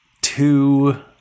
two